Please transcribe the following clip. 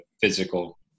physical